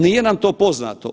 Nije nam to poznato.